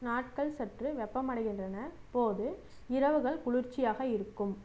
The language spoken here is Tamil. நாட்கள் சற்று வெப்பமடைகின்றன போது இரவுகள் குளிர்ச்சியாக இருக்கும்